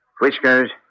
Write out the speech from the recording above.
whiskers